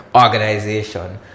organization